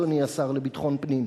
אדוני השר לביטחון פנים.